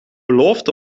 beloofd